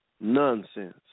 nonsense